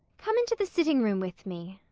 come into the sitting-room with me.